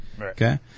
Okay